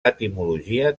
etimologia